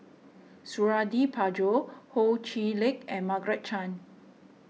Suradi Parjo Ho Chee Lick and Margaret Chan